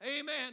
amen